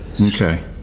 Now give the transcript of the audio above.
okay